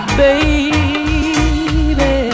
baby